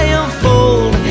unfold